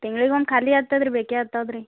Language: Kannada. ತಿಂಗ್ಳಿಗೆ ಒಂದು ಖಾಲಿ ಆಗ್ತದೆ ರೀ ಬೇಕೇ ಆಗ್ತದೆ ರೀ